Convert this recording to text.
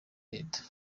leta